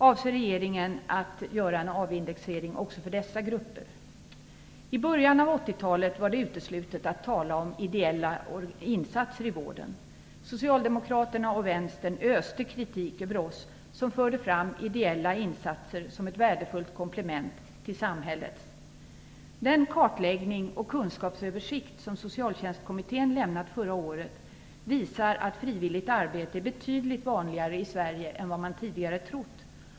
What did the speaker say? Avser regeringen att göra en avindexering också för dessa grupper? I början av 80-talet var det uteslutet att tala om ideella insatser i vården. Socialdemokraterna och vänstern öste kritik över oss som förde fram ideella insatser som ett färdefullt komplement till samhällets insatser. Den kartläggning och kunskapsöversikt som Socialtjänstkommittén lämnade förra året visar att frivilligt arbete är betydligt vanligare i Sverie än vad man tidigare trott.